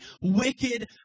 wicked